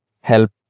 help